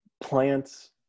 plants